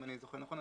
אם אני זוכר נכון,